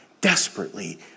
desperately